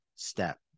step